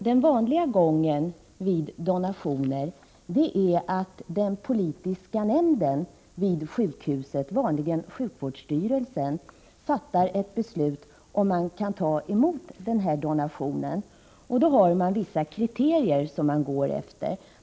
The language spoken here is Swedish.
Den vanliga gången vid donationer är att den politiska nämnden vid sjukhuset, oftast sjukvårdsstyrelsen, beslutar om man kan ta emot donationen. Då har man vissa kriterier att gå efter.